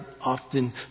often